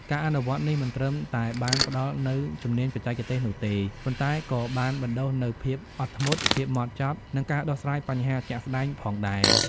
ការអនុវត្តន៍នេះមិនត្រឹមតែបានផ្តល់នូវជំនាញបច្ចេកទេសនោះទេ ប៉ុន្តែក៏បានបណ្តុះនូវភាពអត់ធ្មត់ ភាពហ្មត់ចត់ និងការដោះស្រាយបញ្ហាជាក់ស្តែងផងដែរ។